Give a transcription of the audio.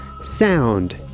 Sound